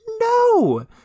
No